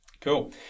Cool